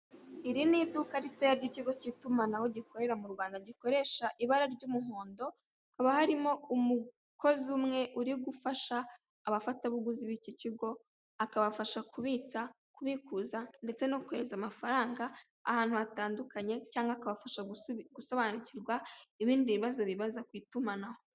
Iri ni iduka ritoya ry'ikigo cy'itumanaho gikorera mu Rwanda, gikoresha ibara ry'umuhondo, haba harimo umukozi umwe uri gufasha abafatabuguzi b'icyo kigo, akabafasha kubitsa, kubikuza, ndetse no kohereza amafaranga ahantu hatandukanye, cyangwa akabafasha gusobanukirwa ibindi bibazo bibaza ku itumanaho.